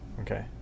Okay